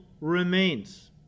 remains